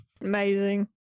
Amazing